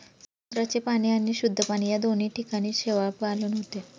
समुद्राचे पाणी आणि शुद्ध पाणी या दोन्ही ठिकाणी शेवाळपालन होते